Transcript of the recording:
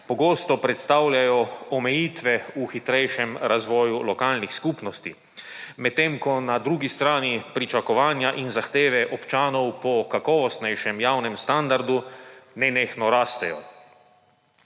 pogosto predstavljajo omejitve v hitrejšem razvoju lokalnih skupnosti. Medtem ko na drugi strani pričakovanja in zahteve občanov po kakovostnejšem javnem standardu, nenehno rastejo.